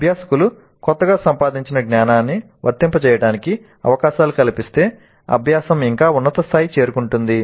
అభ్యాసకులు కొత్తగా సంపాదించిన జ్ఞానాన్ని వర్తింపజేయడానికి అవకాశాలు కల్పిస్తే అభ్యాసం ఇంకా ఉన్నత స్థాయికి చేరుకుంటుంది